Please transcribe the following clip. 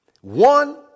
One